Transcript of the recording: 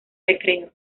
recreo